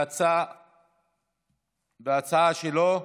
בהצעה שלו: